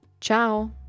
Ciao